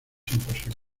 imposible